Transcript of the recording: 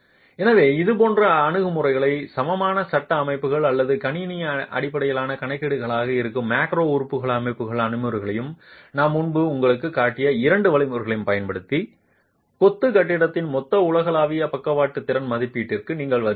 எனவேஇதுபோன்ற அணுகுமுறைகளையும் சமமான சட்ட அமைப்புகள் அல்லது கணினி அடிப்படையிலான கணக்கீடுகளாக இருக்கும் மேக்ரோ உறுப்பு அமைப்புகள் அணுகுமுறைகளையும் நான் முன்பு உங்களுக்குக் காட்டிய இரண்டு முறைகளைப் பயன்படுத்தி கொத்து கட்டிடத்தின் மொத்த உலகளாவிய பக்கவாட்டு திறன் மதிப்பீட்டிற்கு நீங்கள் வருகிறீர்கள்